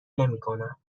نمیکنم